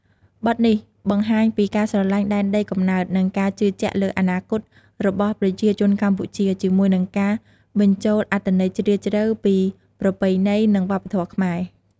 បទនេះបង្ហាញពីការស្រឡាញ់ដែនដីកំណើត និងការជឿជាក់លើអនាគតរបស់ប្រជាជនកម្ពុជា ជាមួយនឹងការបញ្ចូលអត្ថន័យជ្រាលជ្រៅពីប្រពៃណី និងវប្បធម៌ខ្មែរ។